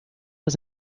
was